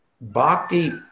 bhakti